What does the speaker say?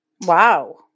Wow